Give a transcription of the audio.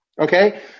Okay